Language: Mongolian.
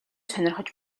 сонирхож